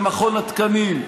במכון התקנים,